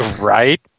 Right